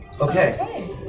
Okay